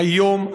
היום,